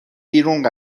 بیرون